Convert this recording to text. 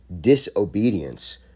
Disobedience